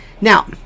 Now